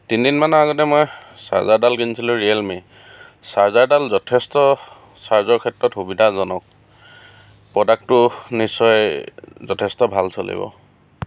তিনদিন মানৰ আগতে মই চাৰ্জাৰ এডাল কিনিছিলোঁ ৰিয়েলমিৰ চাৰ্জাৰডাল যথেষ্ট চাৰ্জৰ ক্ষেৰত্ৰত সুবিধাজনক প্ৰডাক্টটো নিশ্চয় যথেষ্ট ভাল চলিব